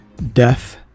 death